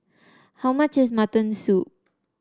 how much is Mutton Soup